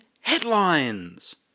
Headlines